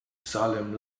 salem